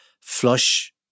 flush